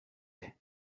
intanga